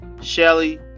Shelly